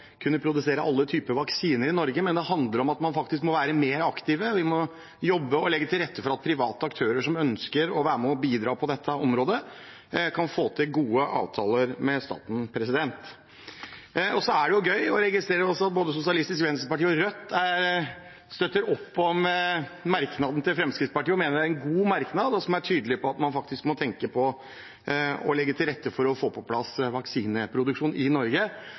kunne produsere alle typer vaksiner i Norge, men det handler om at man må være mer aktiv. Vi må jobbe og legge til rette for at private aktører som ønsker å være med og bidra på dette området, kan få til gode avtaler med staten. Det er gøy å registrere at både Sosialistisk Venstreparti og Rødt støtter opp om merknaden til Fremskrittspartiet og mener det er en god merknad, som er tydelig på at man må tenke på å legge til rette for å få på plass vaksineproduksjon i Norge.